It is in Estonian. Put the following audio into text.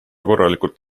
korralikult